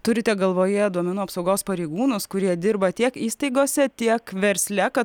turite galvoje duomenų apsaugos pareigūnus kurie dirba tiek įstaigose tiek versle ka